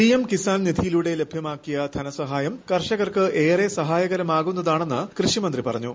PM Kisan നിധിയിലൂടെ ലഭ്യമാക്കിയ ധനസഹായം കർഷകർക്ക് ഏറെ സഹായകരമാകുന്നതാണെന്ന് കൃഷിമന്ത്രി പറഞ്ഞു